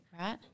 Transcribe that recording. Right